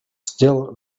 still